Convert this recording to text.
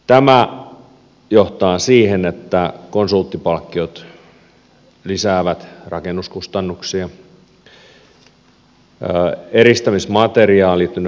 tämä johtaa siihen että konsulttipalkkiot lisäävät rakennuskustannuksia eristämismateriaalit ynnä muuta